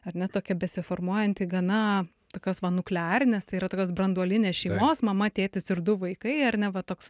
ar ne tokia besiformuojanti gana tokios va nuklearinės tai yra tokios branduolinės šeimos mama tėtis ir du vaikai ar ne va toks